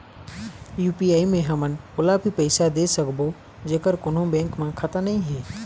UPI मे हमन ओला भी पैसा दे सकबो जेकर कोन्हो बैंक म खाता नई हे?